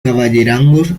caballerangos